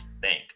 Bank